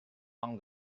among